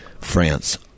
France